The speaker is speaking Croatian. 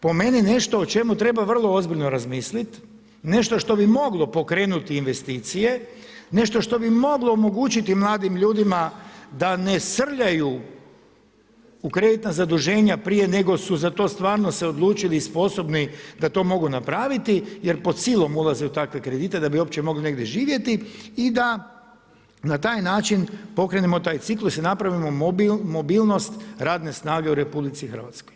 To je po meni nešto o čemu treba vrlo ozbiljno razmisliti, nešto što bi moglo pokrenuti investicije, nešto što bi moglo omogućiti mladim ljudima da ne srljaju u kreditna zaduženja prije nego su se za to stvarno odlučili sposobni da to mogu napraviti jer pod silom ulaze u takve kredite da bi uopće mogli negdje živjeti i da na taj način pokrenemo taj ciklus i napravimo mobilnost radne snage u RH.